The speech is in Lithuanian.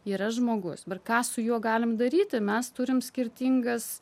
yra žmogus bet ką su juo galim daryti mes turim skirtingas